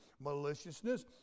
maliciousness